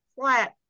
flat